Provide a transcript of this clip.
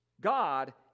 God